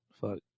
Fuck